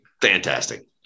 Fantastic